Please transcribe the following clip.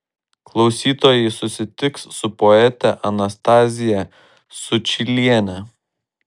klausytojai susitiks su poete anastazija sučyliene